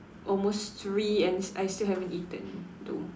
almost three and s~ I still haven't eaten though